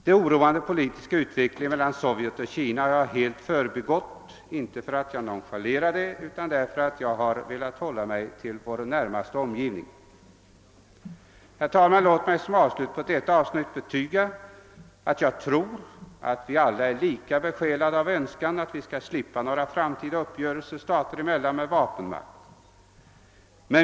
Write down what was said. Den oroande politiska utvecklingen mellan Sovjet och Kina har jag helt förbigått — inte för att jag nonchalerar den utan för att jag har velat hålla mig till vår närmaste omgivning. Låt mig som avslutning på detta avsnitt betyga att jag tror att vi alla är lika besjälade av en önskan att vi skall slippa framtida uppgörelser stater emellan med vapenmakt.